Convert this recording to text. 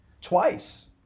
twice